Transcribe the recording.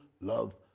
love